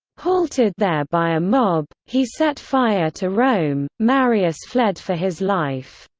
halted there by a mob, he set fire to rome marius fled for his life.